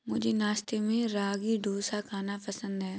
मुझे नाश्ते में रागी डोसा खाना पसंद है